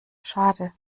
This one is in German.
schade